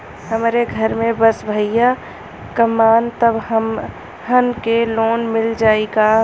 हमरे घर में बस भईया कमान तब हमहन के लोन मिल जाई का?